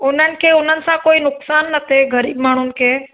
उननि खे उननि सां कोई नुकसान न थे गरीब माण्हुनि खे